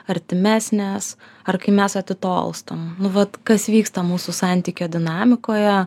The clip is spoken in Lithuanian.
artimesnės ar kai mes atitolstam nu vat kas vyksta mūsų santykio dinamikoje